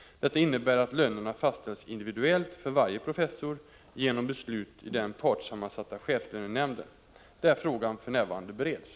Detta innebär att lönerna fastställs individuellt för varje professor genom beslut i den partssammansatta chefslönenämnden, där frågan för närvarande bereds.